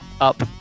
Up